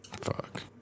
Fuck